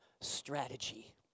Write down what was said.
strategy